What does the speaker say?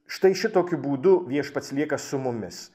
štai šitokiu būdu viešpats lieka su mumis